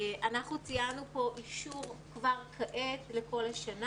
אנחנו ציינו פה אישור כבר כעת לכל השנה.